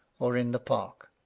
or in the park.